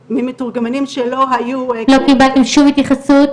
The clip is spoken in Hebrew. ממתורגמנים, לא קיבלתם שום התייחסות?